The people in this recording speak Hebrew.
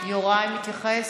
יוראי מתייחס?